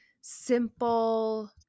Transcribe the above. simple